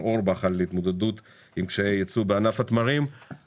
אורבך על התמודדות עם קשיי הייצוא בענף התמרים,